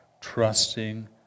trusting